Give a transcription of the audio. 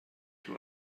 two